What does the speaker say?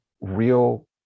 real